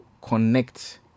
connect